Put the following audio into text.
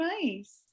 nice